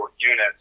units